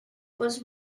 was